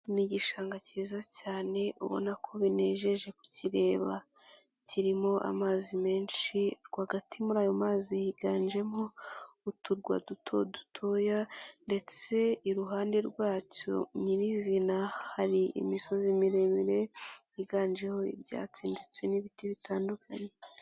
Ni igishanga cyiza cyane ubona ko binejeje kukireba kirimo amazi menshi rwagati muri ayo mazi higanjemo uturwa duto dutoya ndetse iruhande rwacyo nyirizina hari imisozi miremire yiganjeho ibyatsi ndetse n'ibiti bitandukanye.